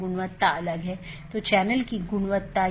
यह महत्वपूर्ण है